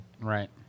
Right